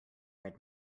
red